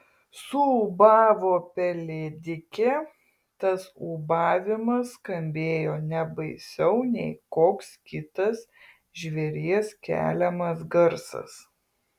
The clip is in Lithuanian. suūbavo pelėdikė tas ūbavimas skambėjo ne baisiau nei koks kitas žvėries keliamas garsas